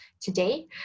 today